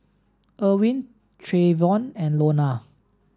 Erwin Trayvon and Lonna